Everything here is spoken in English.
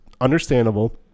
understandable